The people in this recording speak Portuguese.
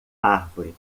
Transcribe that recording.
árvore